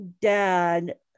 dad